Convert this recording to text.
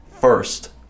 first